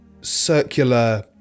circular